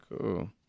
cool